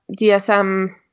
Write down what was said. DSM